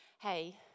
hey